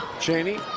Cheney